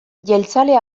jeltzale